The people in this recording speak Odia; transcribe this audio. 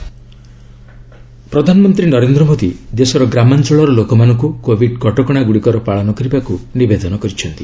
ପିଏମ୍ ସ୍ୱାମିତ୍ୱ ପ୍ରଧାନମନ୍ତ୍ରୀ ନରେନ୍ଦ୍ର ମୋଦି ଦେଶର ଗ୍ରାମାଞ୍ଚଳର ଲୋକମାନଙ୍କୁ କୋବିଡ୍ କଟକଣାଗୁଡ଼ିକର ପାଳନ କରିବାକୁ ନିବେଦନ କରିଛନ୍ତି